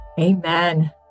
Amen